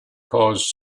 cause